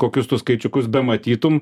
kokius tu skaičiukus bematytum